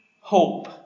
hope